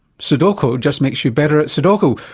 sodoku just makes you better at sodoku.